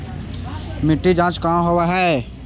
मिट्टी जाँच कहाँ होव है?